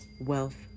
wealth